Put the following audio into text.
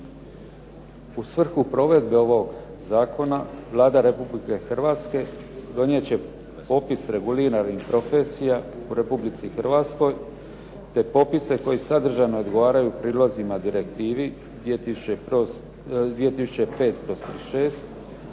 U svrhu provedbe ovog zakona Vlada Republike Hrvatske donijet će popis reguliranih profesija u Republici Hrvatskoj te popise koji sadržajno odgovaraju prilozima Direktivi 2005/36,